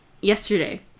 yesterday